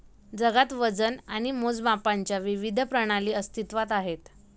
जगात वजन आणि मोजमापांच्या विविध प्रणाली अस्तित्त्वात आहेत